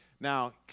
Now